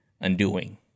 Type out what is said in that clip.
undoing